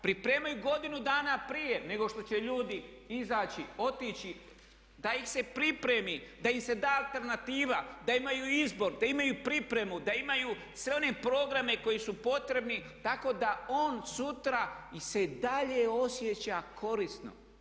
Pripremaju godinu dana prije nego što će ljudi izaći, otići, da ih se pripremi, da im se da alternativa, da imaju izbor, da imaju i pripremu, da imaju i sve one programe koji su potrebni tako da on sutra se i dalje osjeća korisno.